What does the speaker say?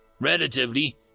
Relatively